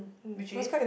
which is